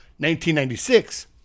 1996